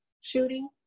shooting